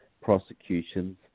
prosecutions